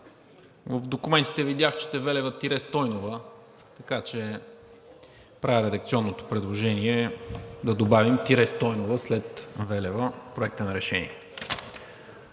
в документите видях, че е Велева-Стойнова, така че правя редакционното предложение да добавим „Стойнова“ след Велева в Проекта на решение.